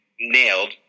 nailed